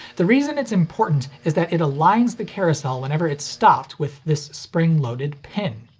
the reason it's important is that it aligns the carousel whenever it's stopped with this spring-loaded pin.